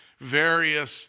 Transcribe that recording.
various